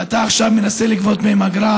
ועכשיו אתה מנסה לגבות מהם אגרה,